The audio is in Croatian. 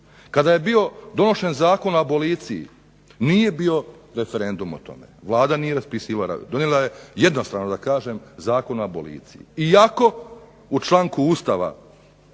Kada je bio donošen Zakon o aboliciji, nije bio referendum o tome, Vlada nije raspisivala. Donijela je jednostrano Zakon o aboliciji iako u članku Ustava